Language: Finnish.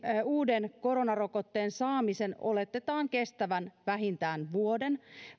uuden koronarokotteen saamisen oletetaan kestävän vähintään vuoden